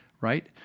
right